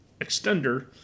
extender